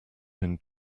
been